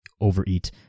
overeat